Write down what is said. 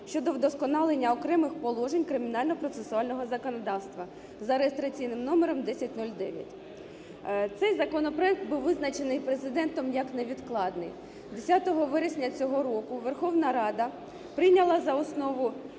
щодо вдосконалення окремих положень кримінального процесуального законодавства за реєстраційним номером 1009. Цей законопроект був визначений Президентом як невідкладний. 10 вересня цього року Верховна Рада прийняла за основу